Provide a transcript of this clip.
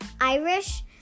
Irish